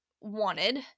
wanted